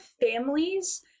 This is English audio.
families